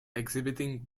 exhibiting